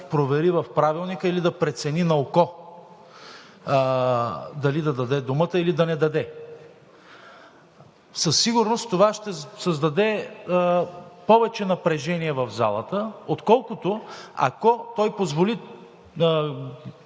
провери в Правилника или да прецени на око дали да даде думата, или да не даде. Със сигурност това ще създаде повече напрежение в залата, отколкото ако той позволи